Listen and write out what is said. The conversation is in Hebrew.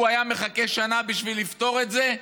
הוא היה מחכה שנה בשביל לפתור את זה?